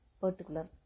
particular